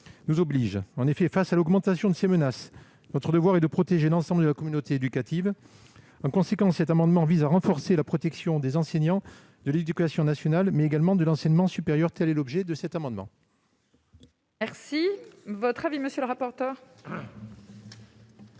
nous obligent. En effet, face à l'augmentation de ces menaces, notre devoir est de protéger l'ensemble de la communauté éducative. En conséquence, cet amendement vise à renforcer la protection des enseignants de l'éducation nationale, mais également de l'enseignement supérieur. Quel est l'avis de la commission ? Je donnerai